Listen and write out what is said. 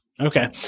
Okay